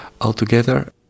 altogether